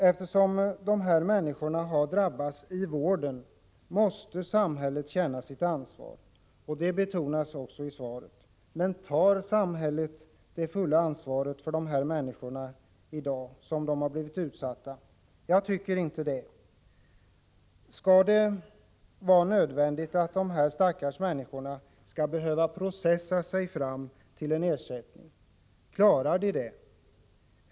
Eftersom dessa människor har drabbats i vården måste samhället känna sitt ansvar. Detta betonas också i svaret. Men tar samhället det fulla ansvaret för det dessa människor blivit utsatta för? Jag tycker inte det. Skall det vara nödvändigt att dessa stackars människor skall behöva processa sig fram till en ersättning? Klarar de det?